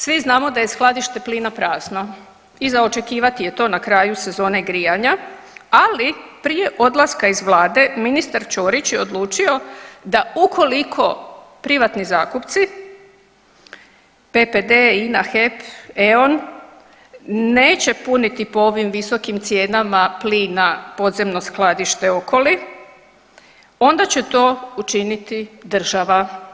Svi znamo da je skladište plina prazno i za očekivati je to na kraju sezone grijanja, ali prije odlaska iz vlade ministar Čorić je odlučio da ukoliko privatni zakupci PPD, INA, HEP, EON neće puniti po ovim visokim cijenama plina podzemno skladište Okoli onda će to učiniti država.